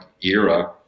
era